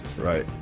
Right